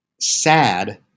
sad